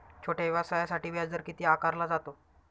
छोट्या व्यवसायासाठी व्याजदर किती आकारला जातो?